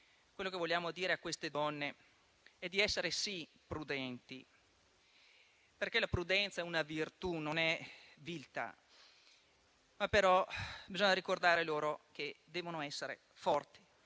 Quello che vogliamo dire a queste donne è di essere sì prudenti, perché la prudenza è una virtù, non è viltà. Bisogna però ricordare loro che devono essere forti,